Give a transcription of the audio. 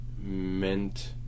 meant